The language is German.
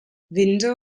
winde